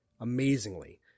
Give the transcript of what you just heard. amazingly